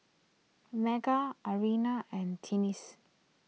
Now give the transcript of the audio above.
Marget Arianna and Tennie's